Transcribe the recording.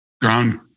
ground